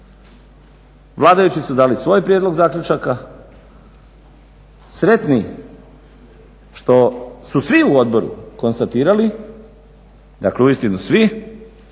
Vladajući su dali svoj prijedlog zaključaka sretni što su svi u odboru konstatirali, dakle uistinu svi,